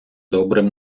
добрим